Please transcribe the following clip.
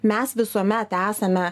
mes visuomet esame